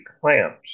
clamps